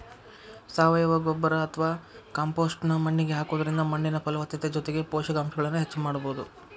ಸಾವಯವ ಗೊಬ್ಬರ ಅತ್ವಾ ಕಾಂಪೋಸ್ಟ್ ನ್ನ ಮಣ್ಣಿಗೆ ಹಾಕೋದ್ರಿಂದ ಮಣ್ಣಿನ ಫಲವತ್ತತೆ ಜೊತೆಗೆ ಪೋಷಕಾಂಶಗಳನ್ನ ಹೆಚ್ಚ ಮಾಡಬೋದು